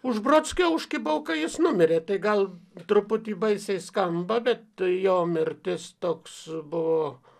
už brodskio užkibau kai jis numirė tai gal truputį baisiai skamba bet jo mirtis toks buvo